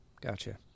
gotcha